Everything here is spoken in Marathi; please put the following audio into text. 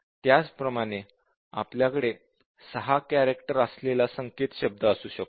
त्याचप्रमाणे आपल्याकडे 6 कॅरॅक्टर असलेला संकेतशब्द असू शकते